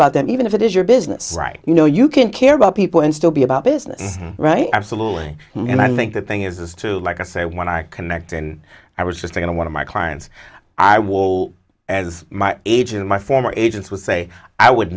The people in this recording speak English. about them even if it is your business you know you can care about people and still be about business right absolutely and i think the thing is this too like i say when i connect and i was just going to one of my clients i wall as my agent my former agents would say i would